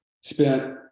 Spent